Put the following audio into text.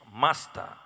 Master